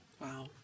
Wow